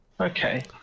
Okay